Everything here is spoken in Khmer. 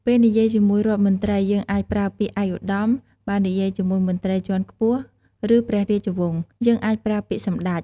ពេលនិយាយជាមួយរដ្ឋមន្ត្រីយើងអាចប្រើពាក្យ "ឯកឧត្តម" បើនិយាយជាមួយមន្រ្តីជាន់ខ្ពស់ ឬព្រះរាជវង្សយើងអាចប្រើពាក្យ "សម្តេច"។